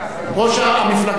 ראש מפלגה.